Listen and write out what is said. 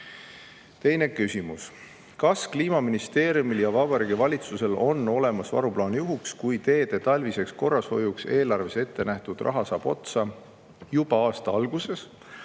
Teine küsimus: "Kas Kliimaministeeriumil ja Vabariigi valitsusel on olemas varuplaan juhuks, kui teede talviseks korrashoiuks eelarves ettenähtud raha saab otsa juba aasta alguses